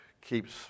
keeps